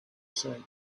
said